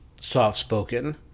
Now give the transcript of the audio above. soft-spoken